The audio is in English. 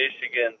Michigan